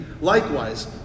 likewise